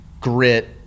grit